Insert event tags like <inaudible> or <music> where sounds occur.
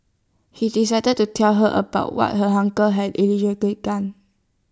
he decided to tell her about what her uncle had <unintelligible> done